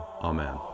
Amen